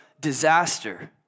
disaster